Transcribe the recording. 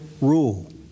rule